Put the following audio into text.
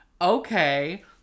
okay